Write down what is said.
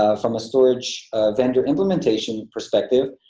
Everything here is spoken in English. ah from a storage vendor implementation perspective